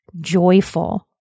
joyful